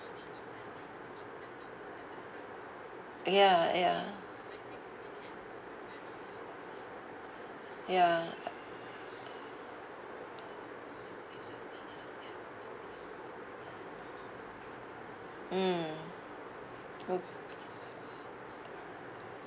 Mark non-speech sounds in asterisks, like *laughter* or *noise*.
ya ya ya *noise* mm *noise*